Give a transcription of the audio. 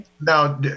now